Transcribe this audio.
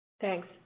Thanks